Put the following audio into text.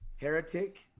heretic